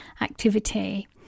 activity